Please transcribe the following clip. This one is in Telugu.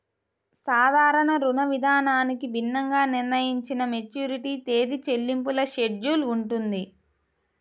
సాధారణ రుణవిధానానికి భిన్నంగా నిర్ణయించిన మెచ్యూరిటీ తేదీ, చెల్లింపుల షెడ్యూల్ ఉంటుంది